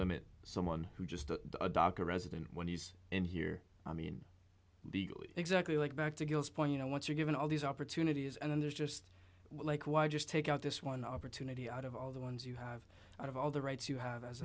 limit someone who just a doctor resident when he's in here i mean exactly like back to girls point you know once you're given all these opportunities and then there's just like why just take out this one opportunity out of all the ones you have out of all the rights you have as